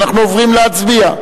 אנחנו עוברים להצבעה.